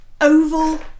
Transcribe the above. Oval